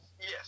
Yes